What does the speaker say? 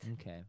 Okay